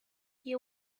you